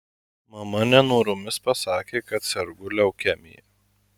mama nenoromis pasakė kad sergu leukemija